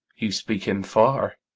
you speak him far.